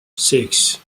six